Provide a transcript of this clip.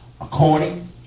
according